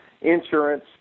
insurance